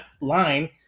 line